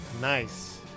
Nice